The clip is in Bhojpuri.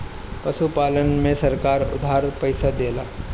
पशुपालन में सरकार उधार पइसा देला?